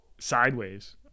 sideways